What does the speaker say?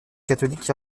catholique